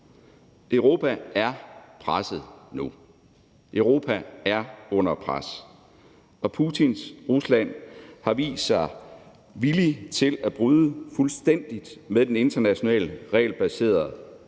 Europa er presset nu. Europa er under pres, og Putins Rusland har vist sig villig til at bryde fuldstændig med den internationale regelbaserede